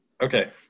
Okay